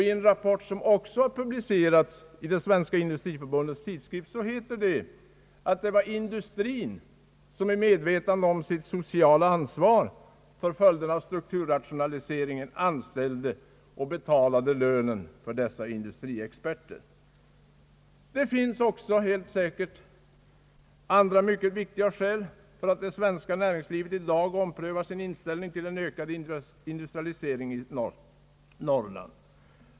I en rapport som också publicerats i det svenska industriförbundets tidskrift heter det: »Det var industrin som i medvetande om sitt sociala ansvar för följderna av strukturrationaliseringen anställde och betalade lönen för dessa industriexperter.» Det finns säkert också andra mycket viktiga skäl för att det svenska näringslivet i dag omprövar sin inställning till en ökad industrialisering i Norrland.